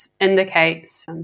indicates